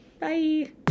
bye